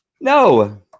No